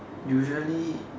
usually